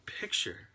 picture